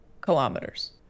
Kilometers